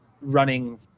running